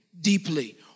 deeply